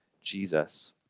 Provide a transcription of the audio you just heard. Jesus